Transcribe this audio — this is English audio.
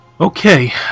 Okay